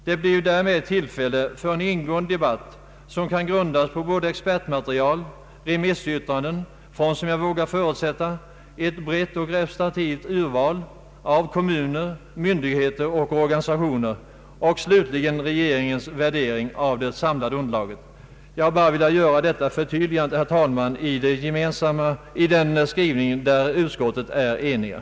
Det blir ju därmed tillfälle för en ingående debatt som kan grundas på både expertmaterial, remissyttranden från — som jag vågar förutsätta — ett brett och representativt urval av kommuner, myndigheter och organisationer och slutligen regeringens värdering av det samlade underlaget. Jag har, herr talman, endast velat göra detta förtydligande av den skrivning där utskottet är enigt.